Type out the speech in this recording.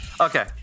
Okay